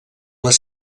les